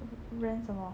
rent 什么